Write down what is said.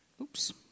oops